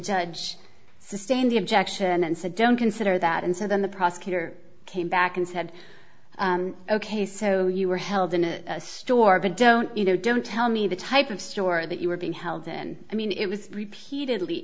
judge sustain the objection and said don't consider that and so then the prosecutor came back and said ok so you were held in a store but don't you know don't tell me the type of store that you were being held in i mean it was repeatedly